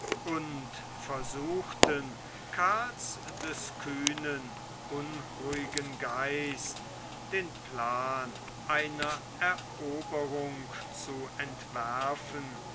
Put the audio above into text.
und versuchten karls des kühnen unruhigen geist den plan einer eroberung zu entwerfen